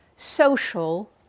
social